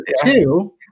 two